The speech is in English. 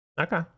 Okay